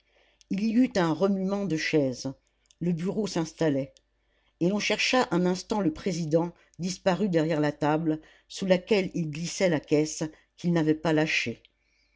il y eut un remuement de chaises le bureau s'installait et l'on chercha un instant le président disparu derrière la table sous laquelle il glissait la caisse qu'il n'avait pas lâchée